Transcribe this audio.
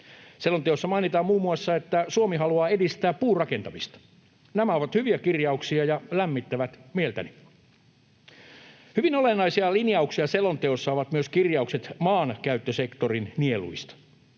Selonteossa mainitaan muun muassa, että Suomi haluaa edistää puurakentamista. Nämä ovat hyviä kirjauksia ja lämmittävät mieltäni. Hyvin olennaisia linjauksia selonteossa ovat myös kirjaukset maankäyttösektorin nieluista.